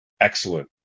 excellent